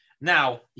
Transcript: Now